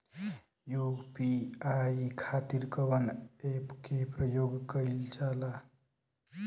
UPI खातीर कवन ऐपके प्रयोग कइलजाला?